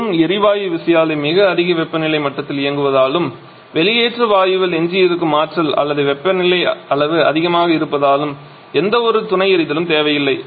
வெறும் எரிவாயு விசையாழி மிக அதிக வெப்பநிலை மட்டத்தில் இயங்குவதாலும் வெளியேற்ற வாயுவில் எஞ்சியிருக்கும் ஆற்றல் அல்லது வெப்பநிலை அளவு அதிகமாக இருப்பதாலும் எந்தவொரு துணை எரிதலும் தேவையில்லை